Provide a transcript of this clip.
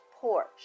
porch